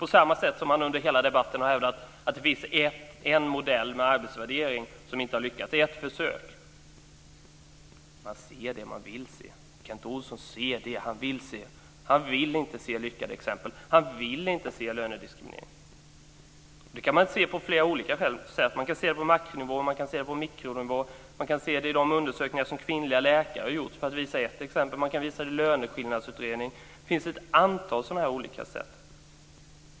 På samma sätt har han under hela debatten hävdat att det finns en modell med arbetsvärdering som inte har lyckats - ett försök. Man ser det man vill se. Kent Olsson ser det han vill se. Han vill inte se lyckade exempel. Han vill inte se lönediskrimineringen. Det här kan man se på flera olika sätt. Man kan se det på makronivå och på mikronivå, och man kan se det i de undersökningar som kvinnliga läkare har gjort, för att ta ett exempel. Man kan visa det i löneskillnadsutredning. Det finns alltså ett antal olika sätt.